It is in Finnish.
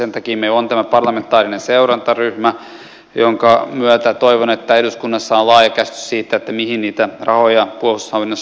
sen takia meillä on tämä parlamentaarinen seurantaryhmä jonka myötä toivon että eduskunnassa on laaja käsitys siitä mihin niitä rahoja puolustushallinnossa tarvittaisiin